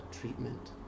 treatment